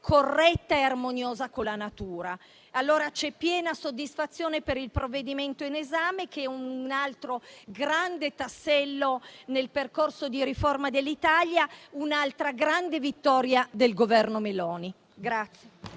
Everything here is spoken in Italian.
corretta e armoniosa con la natura. C'è piena soddisfazione per il provvedimento in esame, che è un altro grande tassello nel percorso di riforma dell'Italia e un'altra grande vittoria del Governo Meloni.